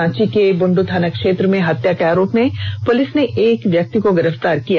रांची के बुंडू थाना क्षेत्र में हत्या के आरोप में पुलिस ने एक आरोपी को गिरफ़तार कर लिया